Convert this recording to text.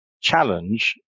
challenge